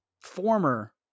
former